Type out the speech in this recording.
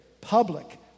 public